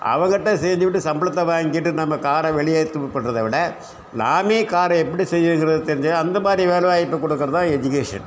அவன்கிட்ட சேர்ந்துக்கிட்டு சம்பளத்தை வாங்கிட்டு நம்ம காரை வெளியேற்ற முற்படுறத விட நாமே காரை எப்படி செய்யணுங்கிறது தெரிஞ்சு அந்தமாதிரி வேலைவாய்ப்பு கொடுக்குறது தான் எஜுகேஷன்